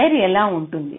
wire ఎలా ఉంటుంది